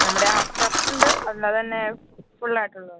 നമ്മുടെ half shirt ഉണ്ട് അല്ലാതെ തന്നെ ഫുൾ ആയിട്ടുള്ളത്